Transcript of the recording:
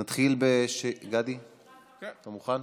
גדי, אתה מוכן?